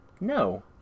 No